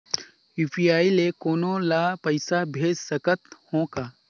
UPI ले कोनो ला पइसा भेज सकत हों का?